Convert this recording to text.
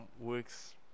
works